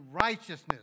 righteousness